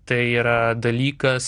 tai yra dalykas